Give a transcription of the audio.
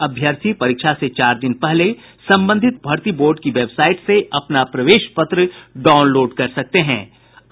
अभ्यर्थी परीक्षा से चार दिन पहले संबंधित भर्ती बोर्ड की वेबसाईट से अपना प्रवेश पत्र डाउनलोड कर सकेंगे